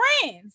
friends